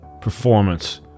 performance